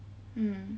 mm